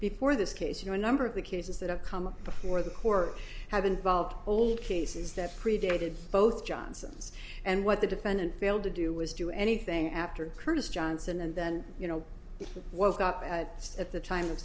before this case you know a number of the cases that have come before the court have involved old cases that predated both johnson's and what the defendant failed to do was do anything after curtis johnson and then you know it was up at the time of